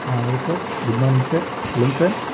hello sir good morning sir சொல்லுங்கள் sir